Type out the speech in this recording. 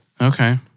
Okay